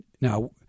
Now